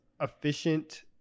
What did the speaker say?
efficient